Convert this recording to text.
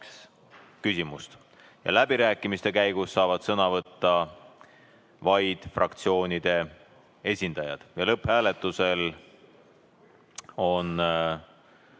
küsimust. Läbirääkimiste käigus saavad sõna võtta vaid fraktsioonide esindajad. Lõpphääletusel on